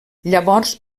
llavors